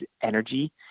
energy